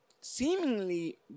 seemingly